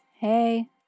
hey